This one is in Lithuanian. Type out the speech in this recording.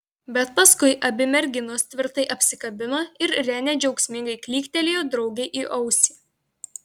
bet paskui abi merginos tvirtai apsikabino ir renė džiaugsmingai klyktelėjo draugei į ausį